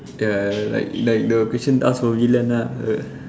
ya like like the question ask for villain lah